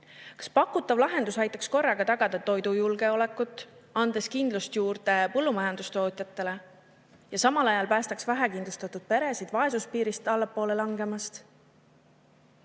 Kas pakutav lahendus aitaks korraga tagada toidujulgeolekut, andes kindlust juurde põllumajandustootjatele, ja samal ajal päästaks vähekindlustatud peresid vaesuspiirist allapoole langemast?